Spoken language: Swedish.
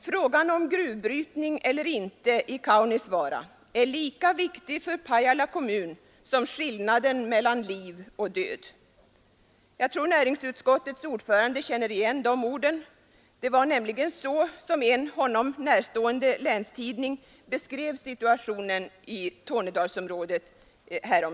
Frågan om gruvbrytning eller inte i Kaunisvaara är lika viktig för Pajala kommun som skillnaden mellan liv och död. Jag tror att näringsutskottets ordförande känner igen de orden. Det var nämligen så en honom närstående länstidning häromdagen beskrev situationen i Tornedalsområdet.